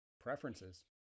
Preferences